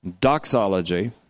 Doxology